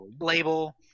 Label